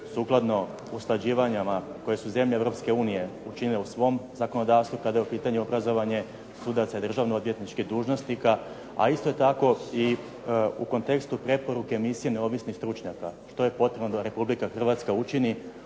sukladno usklađivanjima koje su zemlje Europske unije učinile u svom zakonodavstvu kada je u pitanju obrazovanje sudaca i državno odvjetničkih dužnosnika a isto tako i u kontekstu preporuke misije neovisnih stručnjaka što je potrebno da Republika Hrvatska učini